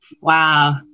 Wow